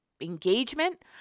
engagement